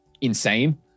insane